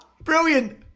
Brilliant